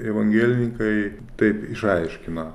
evangelininkai taip išaiškina